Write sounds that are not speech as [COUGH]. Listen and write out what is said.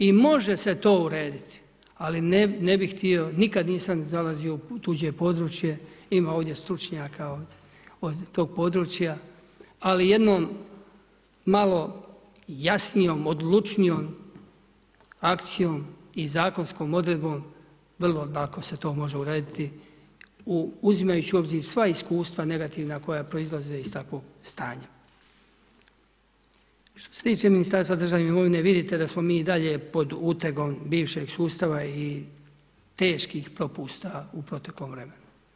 I može se to urediti, ali ne bi htio, nikada nisam zalazio u tuže područje, ima ovdje stručnjaka o tog područja, ali jednom, malo, jasnijom odlučnijom akcijom i zakonskom odredbom, vrlo lako se to može urediti, uzimajući u obzir sva iskustva, negativna koja proizlaze iz takvog stanja. … [UNINTELLIGIBLE] Ministarstva državne imovine, vidite da smo mi i dalje pod utegom bivšeg sustava i teških propusta u proteklom vremenu.